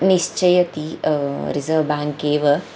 निश्चयति reserve bank एव